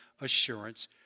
assurance